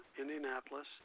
Indianapolis